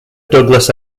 douglas